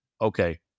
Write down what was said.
Okay